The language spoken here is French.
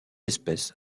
espèce